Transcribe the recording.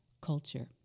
culture